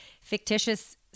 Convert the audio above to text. fictitious